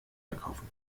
verkaufen